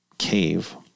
cave